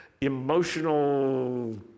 emotional